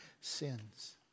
sins